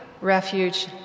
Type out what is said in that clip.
refuge